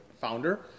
founder